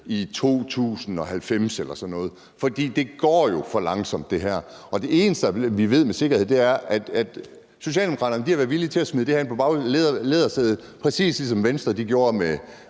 i 2090 eller sådan noget, for det her går jo for langsomt. Det eneste, vi ved med sikkerhed, er, at Socialdemokraterne har været villige til at smide det her ind på lædersædet, præcis ligesom Venstre gjorde med